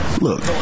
Look